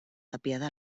tapiada